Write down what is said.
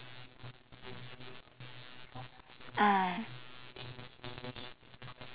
ah